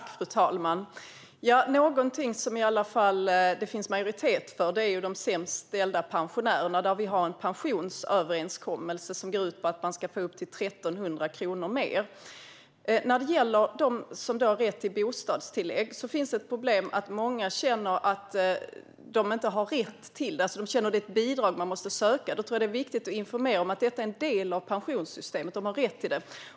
Fru talman! Någonting som det finns majoritet för är att förbättra för de sämst ställda pensionärerna. Där har vi en pensionsöverenskommelse som går ut på att de ska få upp till 1 300 kronor mer. När det gäller dem som har rätt till bostadstillägg finns ett problem med att många känner att de inte har rätt till det. De känner att det är ett bidrag som de måste söka. Det är viktigt att informera om att det är en del av pensionssystemet. De har rätt till det.